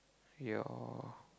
your